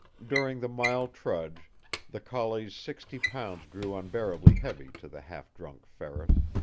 during the mile trudge the collie's sixty pounds grew unbearably heavy, to the half-drunk ferris.